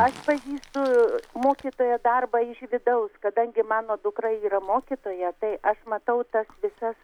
aš pažįstu mokytojo darbą iš vidaus kadangi mano dukra yra mokytoja tai aš matau tas visas